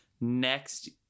next